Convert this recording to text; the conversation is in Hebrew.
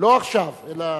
לא עכשיו, אלא,